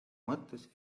mõttes